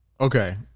okay